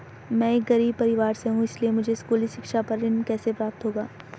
मैं एक गरीब परिवार से हूं इसलिए मुझे स्कूली शिक्षा पर ऋण कैसे प्राप्त होगा?